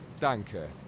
danke